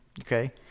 okay